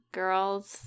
girls